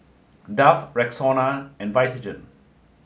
Dove Rexona and Vitagen